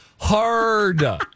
hard